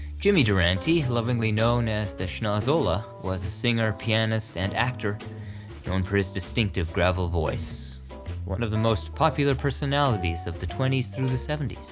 jimmy durante, lovingly known as the schnozzola, was a singer, pianist, and actor known for his distinctive gravel voice one of the most popular personalities of the twenty s through the seventy s.